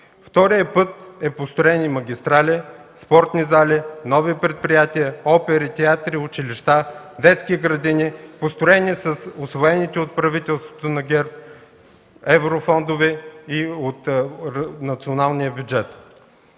Вторият път е: построени магистрали, спортни зали, нови предприятия, опери, театри, училища, детски градини, построени с усвоените от правителството на ГЕРБ еврофондове и от националния бюджет.